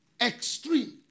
Extreme